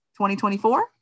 2024